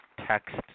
text